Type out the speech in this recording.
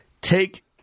Take